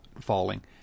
falling